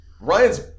Ryan's